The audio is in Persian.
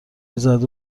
میزد